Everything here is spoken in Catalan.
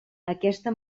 aquesta